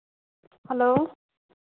hello